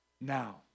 Now